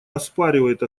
оспаривает